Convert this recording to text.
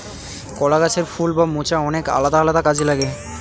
কলা গাছের ফুল বা মোচা অনেক আলাদা আলাদা কাজে লাগে